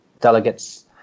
delegates